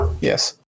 Yes